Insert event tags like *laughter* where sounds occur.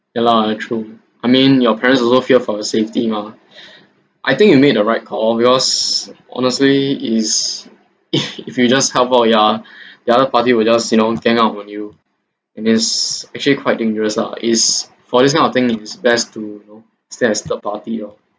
ya lah very true I mean your parents also fear for your safety mah *breath* I think you made a right call because honestly is *laughs* if if you just help out ya *breath* the other party will just you know gang up on you and it's actually quite dangerous lah is for this kind of things it is best to you know stay as third party oh